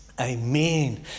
Amen